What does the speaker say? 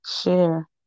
share